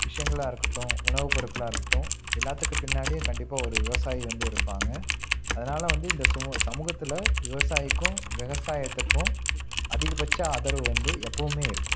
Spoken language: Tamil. விஷயங்களா இருக்கட்டும் உணவு பொருட்களாக இருக்கட்டும் எல்லாத்துக்கு பின்னாடியும் கண்டிப்பாக ஒரு விவசாயி வந்து இருப்பாங்க அதனால் வந்து இந்த சுமு சமூகத்தில் விவசாயிக்கும் விவசாயத்துக்கும் அதிகபட்ச ஆதரவு வந்து எப்போவுமே இருக்கும்